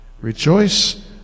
Rejoice